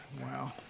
Wow